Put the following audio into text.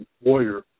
Warrior